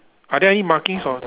are there any markings on